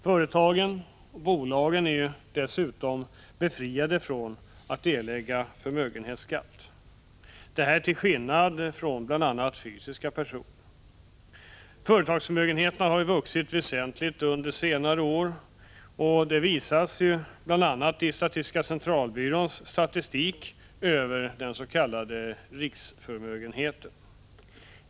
Företagen är dessutom befriade från att erlägga förmögenhetsskatt — detta till skillnad från bl.a. fysiska personer. Företagsförmögenheterna har vuxit väsentligt under senare år, och det visas bl.a. av statistiska centralbyråns statistik över den s.k. riksförmögenheten.